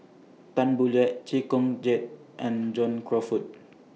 Tan Boo Liat Chee Kong Jet and John Crawfurd